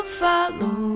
follow